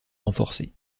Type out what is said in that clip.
renforcé